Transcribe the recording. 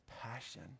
passion